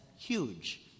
huge